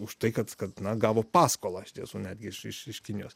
už tai kad kad nu gavo paskolą iš tiesų netgi iš iš kinijos